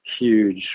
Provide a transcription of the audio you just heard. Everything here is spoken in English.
huge